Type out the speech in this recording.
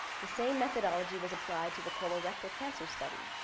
the same methodology was applied to the colal rectal cancer study.